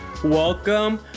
Welcome